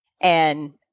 And-